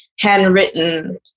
handwritten